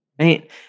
right